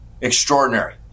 Extraordinary